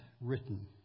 written